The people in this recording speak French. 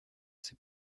c’est